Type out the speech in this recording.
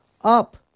Up